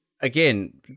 Again